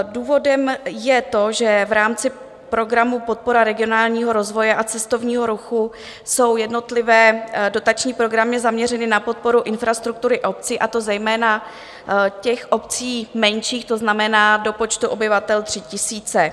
Důvodem je to, že v rámci programu Podpora regionálního rozvoje a cestovního ruchu jsou jednotlivé dotační programy zaměřeny na podporu infrastruktury obcí, a to zejména těch obcí menších, to znamená do počtu obyvatel 3 000.